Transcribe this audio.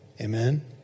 Amen